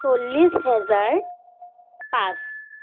চল্লিছ হেজাৰ পাঁচ